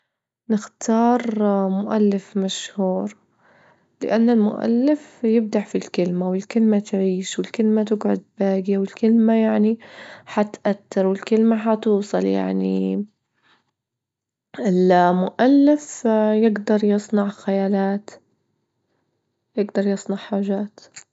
نختار مؤلف مشهور، لأن المؤلف يبدع في الكلمة، والكلمة تعيش، والكلمة تجعد باجية، والكلمة يعني حتأثر، والكلمة حتوصل يعني، المؤلف يجدر يصنع خيالات، يجدر يصنع حاجات.